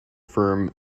firm